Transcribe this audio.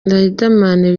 riderman